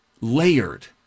layered